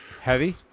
Heavy